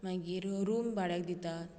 मागीर रूम भाड्याक दितात